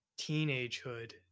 teenagehood